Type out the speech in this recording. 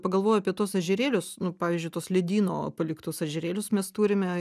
pagalvojau apie tuos ežerėlius nu pavyzdžiui tuos ledyno paliktus ežerėlius mes turime